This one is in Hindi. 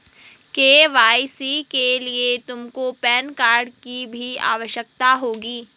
के.वाई.सी के लिए तुमको पैन कार्ड की भी आवश्यकता होगी